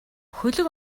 хөлөг